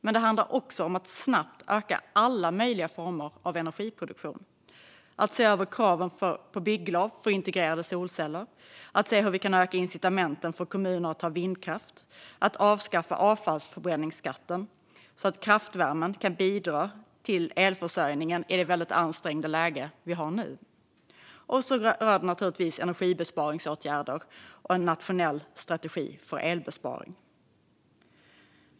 Det handlar också om att snabbt öka alla möjliga former av energiproduktion, att se över kraven på bygglov för integrerade solceller, att se hur vi kan öka incitamenten för kommuner att ha vindkraft och att avskaffa avfallsförbränningsskatten så att kraftvärmen kan bidra till elförsörjningen i det väldigt ansträngda läge som råder nu. Naturligtvis handlar det även om energibesparingsåtgärder och en nationell strategi för elbesparing.